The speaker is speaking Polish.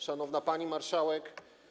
Szanowna Pani Marszałek!